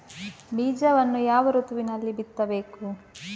ಬೀಜವನ್ನು ಯಾವ ಋತುವಿನಲ್ಲಿ ಬಿತ್ತಬೇಕು?